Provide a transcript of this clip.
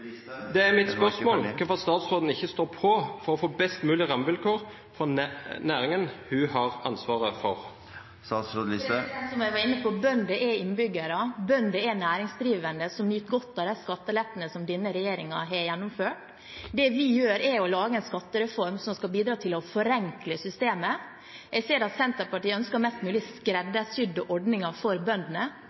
er mitt spørsmål. Hvorfor står ikke statsråden på for å få best mulige rammevilkår for næringen hun har ansvaret for? Som jeg var inne på: Bønder er innbyggere, bønder er næringsdrivende som nyter godt av de skattelettene som denne regjeringen har gjennomført. Det vi gjør, er å lage en skattereform som skal bidra til å forenkle systemet. Jeg ser at Senterpartiet ønsker mest mulig skreddersydde ordninger for bøndene.